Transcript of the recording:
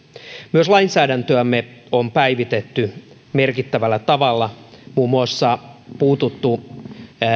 myös lainsäädäntöämme on päivitetty merkittävällä tavalla muun muassa puututtu